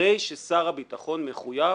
הרי ששר הביטחון מחויב